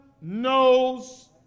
knows